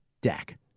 Dak